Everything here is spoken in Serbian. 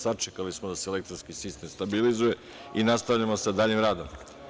Sačekali smo da se elektronski sistem stabilizuje i nastavljamo sa daljim radom.